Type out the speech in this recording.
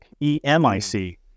E-M-I-C